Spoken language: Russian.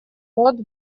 рот